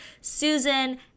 Susan